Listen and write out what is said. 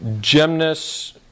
gymnasts